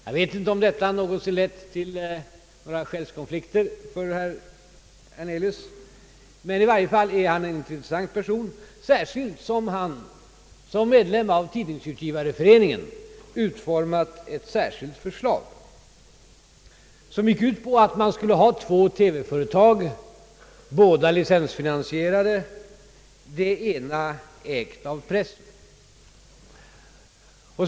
Jag vet inte om detta någonsin lett till några själskonflikter för herr Hernelius, men i varje fall är han en intressant person, särskilt som han i egenskap av medlem i Tidningsutgivareföreningen utformat ett särskilt förslag som gick ut på att man skulle ha två TV-företag, båda licensfinansierade; det ena ägt av pressen.